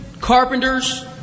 carpenters